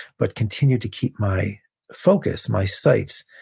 but continue to keep my focus, my sights,